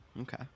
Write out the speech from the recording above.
Okay